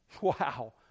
Wow